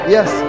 Yes